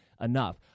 enough